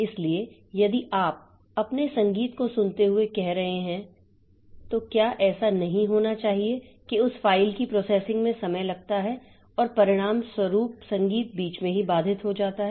इसलिए यदि आप अपने संगीत को सुनते हुए कह रहे हैं तो क्या ऐसा नहीं होना चाहिए कि उस फाइल की प्रोसेसिंग में समय लगता है और परिणामस्वरूप संगीत बीच में ही बाधित हो जाता है